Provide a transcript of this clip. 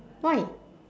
why